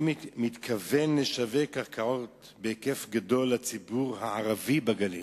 "אני מתכוון לשווק קרקעות בהיקף גדול לציבור הערבי בגליל,